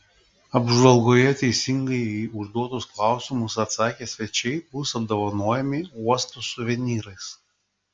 apžvalgoje teisingai į užduotus klausimus atsakę svečiai bus apdovanojami uosto suvenyrais